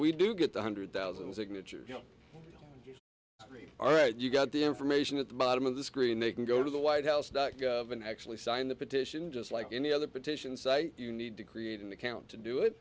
we do get one hundred thousand signatures all right you got the information at the bottom of the screen they can go to the white house and actually sign the petition just like any other petition site you need to create an account to do it